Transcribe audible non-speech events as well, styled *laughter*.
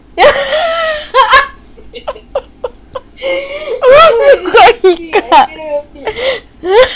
*laughs* bodoh kau hiccups *laughs*